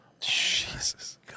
Jesus